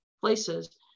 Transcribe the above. places